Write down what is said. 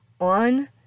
on